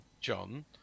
John